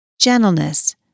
gentleness